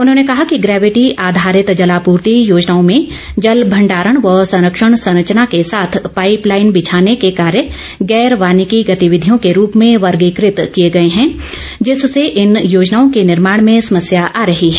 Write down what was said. उन्होंने कहा कि ग्रैविटी आधारित जलापूर्ति योजनाओं में जल भंडारण व संरक्षण संरचना के साथ पाईप लाइन बिछाने के कार्य गैर वानिकी गतिविधियों के रूप में वर्गीकृत किए गए हैं जिससे इन योजनाओं के निर्माण में समस्या आ रही है